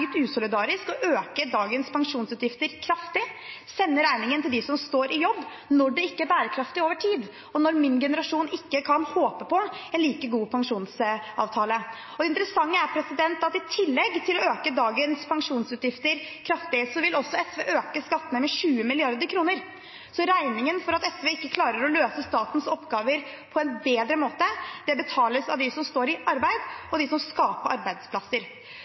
usolidarisk å øke dagens pensjonsutgifter kraftig og sende regningen til dem som står i jobb, når det ikke er bærekraftig over tid, og når min generasjon ikke kan håpe på en like god pensjonsavtale. Det interessante er at i tillegg til å øke dagens pensjonsutgifter kraftig, vil SV også øke skattene med 20 mrd. kr. Så regningen for at SV ikke klarer å løse statens oppgaver på en bedre måte, betales av dem som står i arbeid, og av dem som skaper arbeidsplasser.